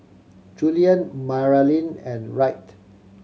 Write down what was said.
Julian Maralyn and Wright